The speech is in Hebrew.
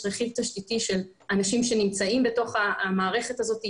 רכיב תשתיתי של אנשים שנמצאים בתוך המערכת הזאת,